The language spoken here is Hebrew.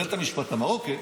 אז בית המשפט אמר: אוקיי,